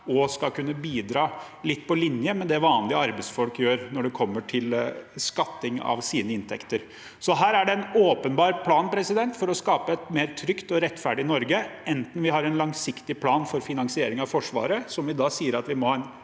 òg skal kunne bidra litt på linje med det vanlige arbeidsfolk gjør, når det gjelder å skatte av sine inntekter. Her er det en åpenbar plan for å skape et mer trygt og rettferdig Norge – enten vi har en langsiktig plan for finansiering av Forsvaret, eller vi sier at vi må ha en